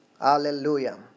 Hallelujah